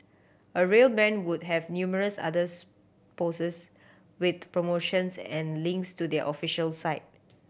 a real brand would have numerous others poses with promotions and links to their official site